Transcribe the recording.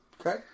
Okay